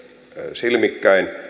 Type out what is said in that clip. silmikkäin